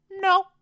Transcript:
no